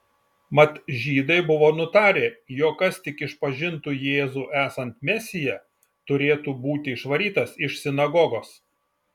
mat žydai buvo nutarę jog kas tik išpažintų jėzų esant mesiją turėtų būti išvarytas iš sinagogos